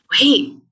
wait